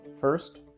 First